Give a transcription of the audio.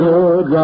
Good